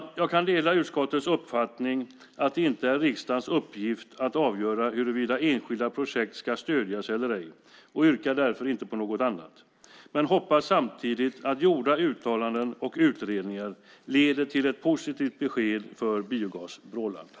Jag kan dela utskottets uppfattning att det inte är riksdagens uppgift att avgöra huruvida enskilda projekt ska stödjas eller ej och yrkar därför inte på något annat. Men jag hoppas samtidigt att gjorda uttalanden och utredningar leder till ett positivt besked för Biogas Brålanda.